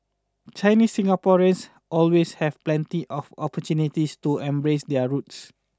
Chinese Singaporeans always have plenty of opportunities to embrace their roots